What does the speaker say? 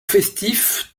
festif